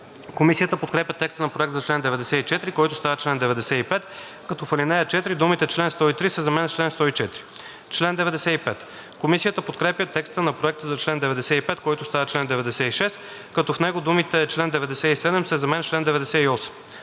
Комисията подкрепя текста на Проекта за чл. 94, който става чл. 95, като в ал. 4 думите „чл. 103“ се заменят с „чл. 104“. Комисията подкрепя текста на Проекта за чл. 95, който става чл. 96, като в него думите „чл. 97“ се заменят с „чл. 98“.